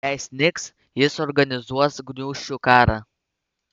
jei snigs jis organizuos gniūžčių karą